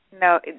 No